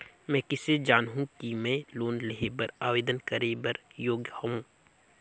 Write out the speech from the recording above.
मैं किसे जानहूं कि मैं लोन लेहे बर आवेदन करे बर योग्य हंव?